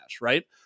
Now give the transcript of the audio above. right